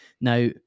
Now